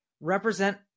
represent